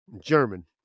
German